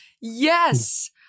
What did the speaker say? yes